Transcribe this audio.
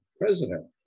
president